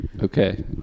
Okay